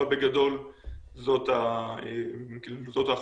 אבל בגדול זאת ההחלטה.